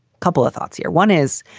couple of thoughts here, one is,